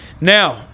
Now